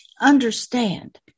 understand